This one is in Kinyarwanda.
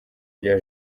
rya